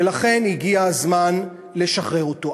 ולכן הגיע הזמן לשחרר אותו.